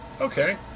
Okay